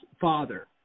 father